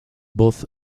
both